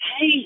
Hey